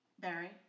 Barry